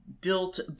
built